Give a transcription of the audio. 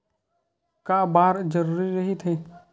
का बार जरूरी रहि थे?